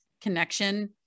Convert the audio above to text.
connection